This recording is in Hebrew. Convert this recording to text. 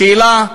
השאלה: